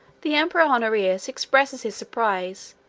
the emperor honorius expresses his surprise,